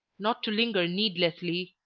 not to linger needlessly,